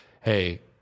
Hey